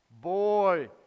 boy